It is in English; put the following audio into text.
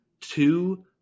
two